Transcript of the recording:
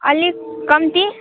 अलिक कम्ती